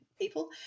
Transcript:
people